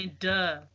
duh